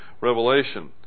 revelation